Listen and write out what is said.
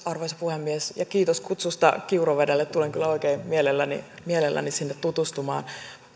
arvoisa puhemies kiitos kutsusta kiuruvedelle tulen kyllä oikein mielelläni mielelläni sinne tutustumaan